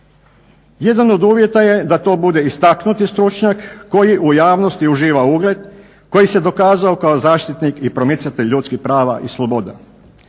Jedan od uvjeta je da to bude istaknuti stručnjak koji u javnosti uživa ugled koji se dokazao kao zaštitnik i promicatelj ljudskih prava i sloboda.